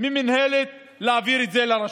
מהמינהלת להעביר את זה לרשות,